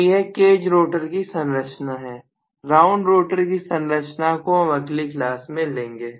तो यह cage rotor की संरचना है राउंड रोटर की संरचना को हम अगली क्लास में लेंगे